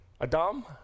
Adam